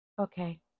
Okay